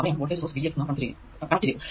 അവിടെയാണ് voltage source Vx നാം connect ചെയ്തത്